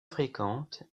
fréquente